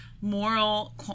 moral